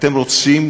אתם רוצים,